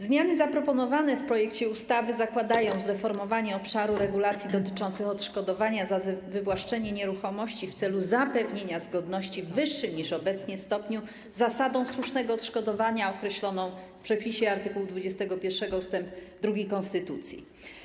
Zmiany zaproponowane w projekcie ustawy zakładają zreformowanie obszaru regulacji dotyczących odszkodowania za wywłaszczenie nieruchomości w celu zapewnienia zgodności w wyższym niż obecnie stopniu z zasadą słusznego odszkodowania określoną w przepisie art. 21 ust. 2 konstytucji.